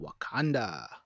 Wakanda